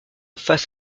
face